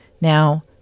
Now